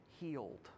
healed